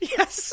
Yes